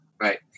Right